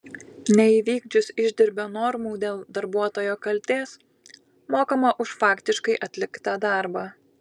neįvykdžius išdirbio normų dėl darbuotojo kaltės mokama už faktiškai atliktą darbą